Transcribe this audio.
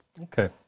Okay